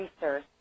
research